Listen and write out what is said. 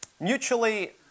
mutually